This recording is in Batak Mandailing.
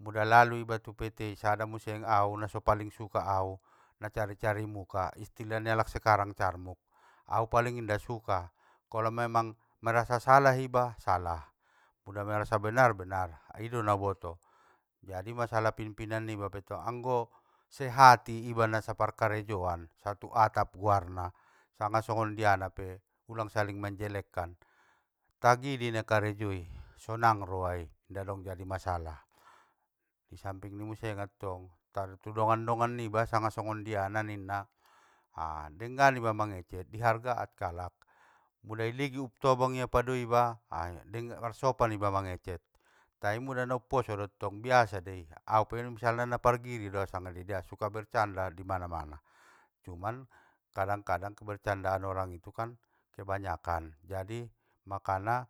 muda lalu iba tu pt i sada muse au, naso paling suka au nacari cari muka istilah ni alak sekarang carmuk, au paling inda suka, kolo memang merasa salah iba, salah! Pula merasa benar, benar! I do nauboto. Jadi masalah pinpinan niba pettong, anggo sehati iba na sa parkarejoan, satu atap guarna, sanga songondiana pe ulang saling manjelekkan, tagi dei nakarejoi, sonang roai inda dong jadi masalah, samping ni i muse mattong, tar u- tu dongan dongan niba sanga songondiana ninna, a denggan iba mangecek di hargaan kalak, mula iligin umtobang ia pado iba, a de- marsopan iba mangecek, tai muda na umposo dottong biasa dei, aupe misalna na pargiri doau sanganabiaso suka bercanda dimana mana, cuman kadang kadang kebercandaan orang itu kan kebanyakan, jadi makana.